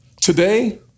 Today